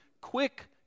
quick